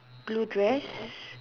blue dress